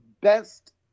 Best